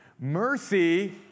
Mercy